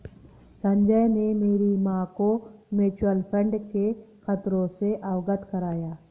संजय ने मेरी मां को म्यूचुअल फंड के खतरों से अवगत कराया